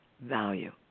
value